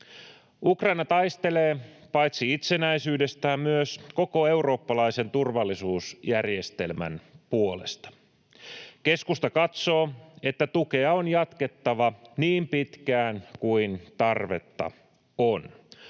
Ukraina taistelee paitsi itsenäisyydestään myös koko eurooppalaisen turvallisuusjärjestelmän puolesta. Keskusta katsoo, että tukea on jatkettava niin pitkään kuin tarvetta on.